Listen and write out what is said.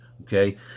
Okay